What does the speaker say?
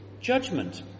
judgment